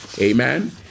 Amen